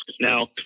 Now